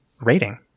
rating